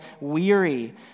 weary